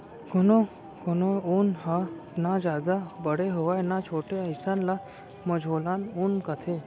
कोनो कोनो ऊन ह न जादा बड़े होवय न छोटे अइसन ल मझोलन ऊन कथें